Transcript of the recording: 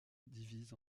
divise